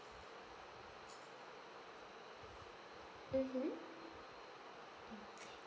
mmhmm mm